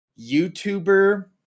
YouTuber